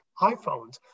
iPhones